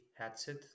headset